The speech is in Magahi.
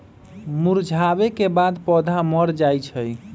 मुरझावे के बाद पौधा मर जाई छई